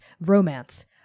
romance